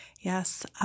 Yes